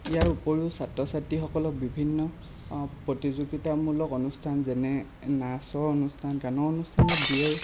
ইয়াৰ উপৰিও ছাত্ৰ ছাত্ৰীসকলক বিভিন্ন প্ৰতিযোগিতামূলক অনুষ্ঠান যেনে নাচৰ অনুষ্ঠান গানৰ অনুষ্ঠানত দিয়ে